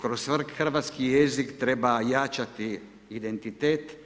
kroz hrvatski jezik treba jačati identitet.